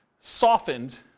softened